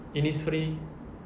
innisfree